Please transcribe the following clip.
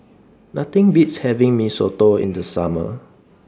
Nothing Beats having Mee Soto in The Summer